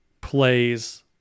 plays